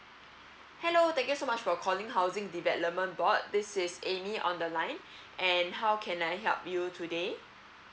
hello thank you so much for calling housing development board this is amy on the line and how can I help you today